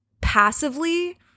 passively